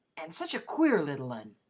an' such a queer little un.